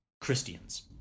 Christians